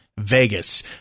Vegas